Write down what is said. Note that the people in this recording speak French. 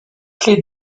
clé